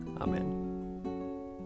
Amen